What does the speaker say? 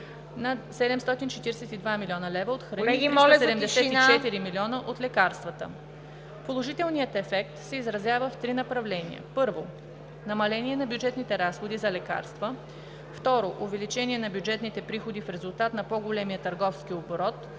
– 742 млн. лв. от храни и 374 млн. лв. от лекарствата. Положителният ефект се изразява в три направления: първо, намаление на бюджетните разходи за лекарства, второ, увеличение на бюджетните приходи в резултат на по-големия търговски оборот